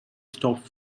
stopped